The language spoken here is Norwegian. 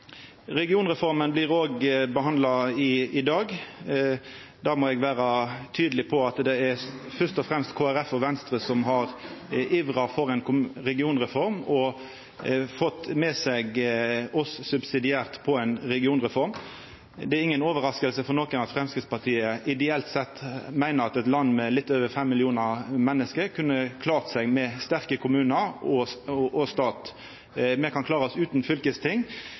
Regionreforma blir òg behandla i dag. Der må eg vera tydeleg på at det er først og fremst Kristeleg Folkeparti og Venstre som har ivra for ei regionreform og fått med seg oss subsidiært på ei regionreform. Det er inga overrasking for nokon at Framstegspartiet ideelt sett meiner at eit land med litt over fem millionar menneske kunne klart seg med sterke kommunar og staten. Me kan klara oss utan